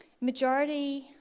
Majority